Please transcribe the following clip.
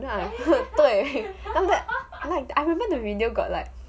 then I like then after that I remember the video got like